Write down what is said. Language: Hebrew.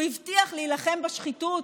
הוא הבטיח להילחם בשחיתות.